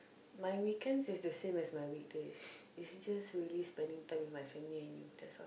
my weekends is the same as my weekdays is just really spending time with my family and you that's all